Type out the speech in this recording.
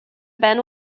band